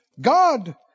God